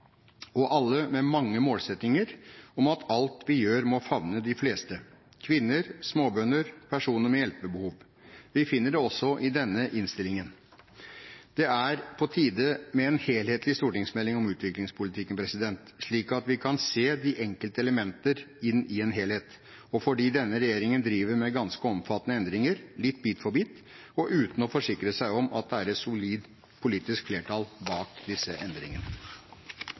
og alle med mange målsettinger om at alt vi gjør, må favne de fleste: kvinner, småbønder, personer med hjelpebehov. Vi finner det også i denne innstillingen. Det er på tide med en helhetlig stortingsmelding om utviklingspolitikken, slik at vi kan se de enkelte elementer inn i en helhet, og fordi denne regjeringen driver med ganske omfattende endringer, litt bit for bit og uten å forsikre seg om at det er et solid politisk flertall bak disse endringene.